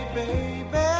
baby